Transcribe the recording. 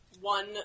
one